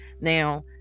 now